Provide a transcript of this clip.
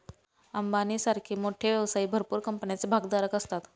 अंबानी सारखे मोठे व्यवसायी भरपूर कंपन्यांचे भागधारक असतात